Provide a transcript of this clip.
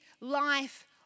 life